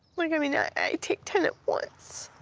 like, i mean, yeah i take ten at once.